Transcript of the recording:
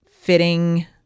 fitting